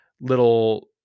little